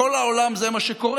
בכל העולם זה מה שקורה,